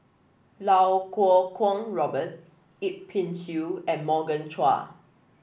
Iau Kuo Kwong Robert Yip Pin Xiu and Morgan Chua